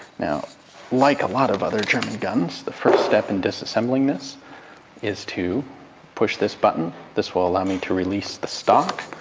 now like a lot of other german guns, the first step in disassembling this is to push this button. this will allow me to release the stock.